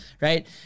right